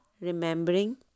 Remembering